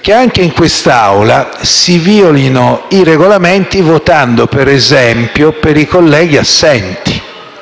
che anche in quest'Aula si violi il Regolamento, votando, per esempio, per i colleghi assenti,